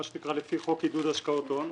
מה שנקרא לפי חוק עידוד השקעות הון,